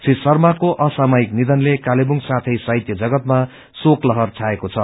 श्री शार्माको असामाजिक नियनले कालेवुङ साथै साहित्य जगतमा श्रोक लहर छएको छ